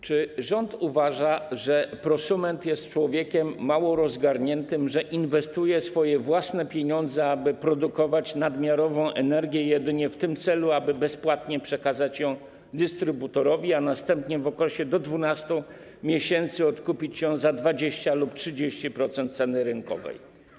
Czy rząd uważa, że prosument jest człowiekiem mało rozgarniętym, że inwestuje swoje własne pieniądze, aby produkować nadmiarową energię jedynie w tym celu, aby bezpłatnie przekazać ją dystrybutorowi, a następnie w okresie do 12 miesięcy odkupić ją za 20% lub 30% ceny rynkowej?